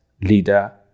leader